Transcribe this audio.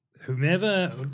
whomever